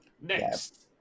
next